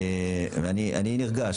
אני נרגש.